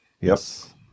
Yes